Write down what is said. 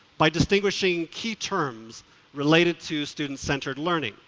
by distinguishing key terms related to student centered learning,